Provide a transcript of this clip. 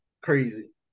crazy